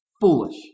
foolish